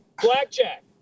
Blackjack